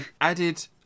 added